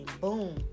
boom